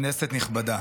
כנסת נכבדה,